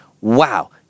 wow